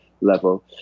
level